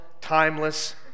timeless